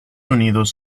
unidos